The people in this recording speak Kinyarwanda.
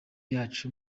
yacu